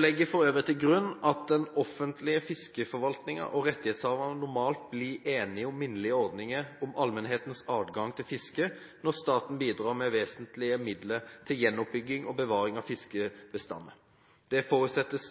legger for øvrig til grunn at den offentlige fiskeforvaltningen og rettighetshaverne normalt blir enige om minnelige ordninger om allmennhetens adgang til fiske når staten bidrar med vesentlige midler til gjenoppbygging og bevaring av fiskebestander. Det forutsettes